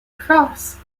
cross